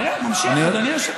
תראה, הוא ממשיך, אדוני היושב-ראש.